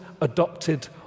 adopted